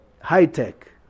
High-tech